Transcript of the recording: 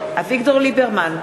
אביגדור ליברמן,